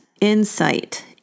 insight